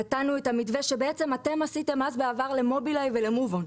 נתנו את המתווה שבעצם אתם עשיתם אז בעבר ל-מובילאיי ול-movon,